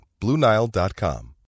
BlueNile.com